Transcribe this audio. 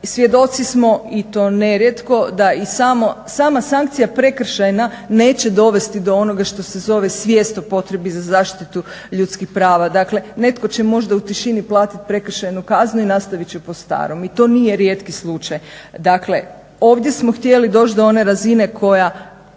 Svjedoci smo i to nerijetko da i sama sankcija prekršajna neće dovesti do onoga što se zove svijest o potrebi za zaštitu ljudskih prava. Dakle, netko će možda u tišini platiti prekršajnu kaznu i nastavit će po starom. I to nije rijetki slučaj. Dakle, ovdje smo htjeli doći do one razine koja